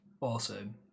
Awesome